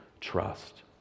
trust